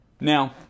Now